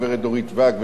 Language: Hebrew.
הגברת דורית ואג,